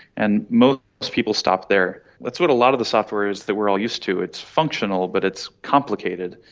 and most people stop there. that's what a lot of the software is that we are all used to it's functional but it's complicated.